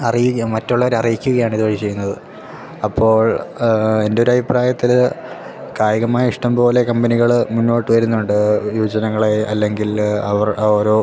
അറിയിക്കുക മറ്റുള്ളവരെ അറിയിക്കുകയാണിത് ഇതുവഴി ചെയ്യുന്നത് അപ്പോൾ എന്റെ ഒരഭിപ്രായത്തില് കായികമായ ഇഷ്ടംപോലെ കമ്പനികള് മുന്നോട്ടു വരുന്നുണ്ട് യുവജനങ്ങളെ അല്ലെങ്കില് അവർ ഓരോ